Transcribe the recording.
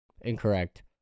Incorrect